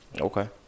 Okay